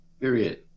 Period